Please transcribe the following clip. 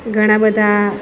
ઘણા બધા